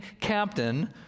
captain